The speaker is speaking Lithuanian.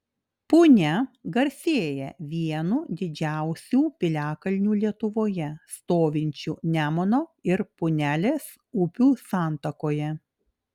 punia garsėja vienu didžiausių piliakalnių lietuvoje stovinčiu nemuno ir punelės upių santakoje